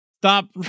Stop